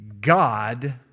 God